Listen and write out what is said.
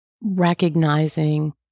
recognizing